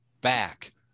back